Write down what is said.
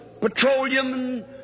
petroleum